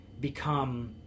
Become